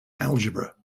algebra